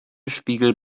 spiegel